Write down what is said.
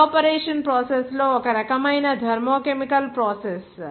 evaporation processes ఒక రకమైన thermochemical process